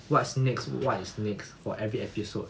what's next what is next for every episode